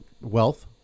wealth